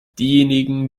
diejenigen